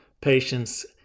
patients